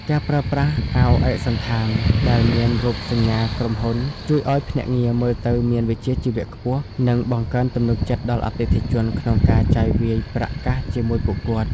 ការប្រើប្រាស់ "អាវឯកសណ្ឋាន" ដែលមានរូបសញ្ញាក្រុមហ៊ុន ជួយឱ្យភ្នាក់ងារមើលទៅមានវិជ្ជាជីវៈខ្ពស់ និងបង្កើនទំនុកចិត្តដល់អតិថិជនក្នុងការចាយវាយប្រាក់កាសជាមួយពួកគាត់។